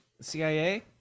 CIA